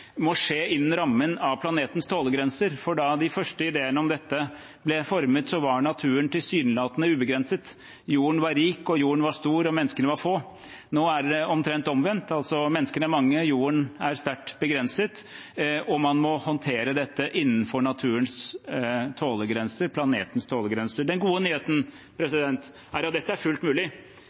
må skje innen rammen av planetens tålegrenser. Da de første idéene om dette ble formet, var naturen tilsynelatende ubegrenset. Jorden var rik, jorden var stor, og menneskene var få. Nå er det omtrent omvendt. Menneskene er mange, jorden er sterkt begrenset, og man må håndtere dette innenfor naturens og planetens tålegrenser. Den gode nyheten er at dette er fullt mulig. Dette er ikke «rocket science», som det heter. Dette er mulig